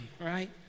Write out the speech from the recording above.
right